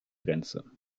grenze